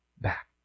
back